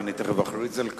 ואני תיכף אכריז על כך,